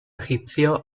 egipcio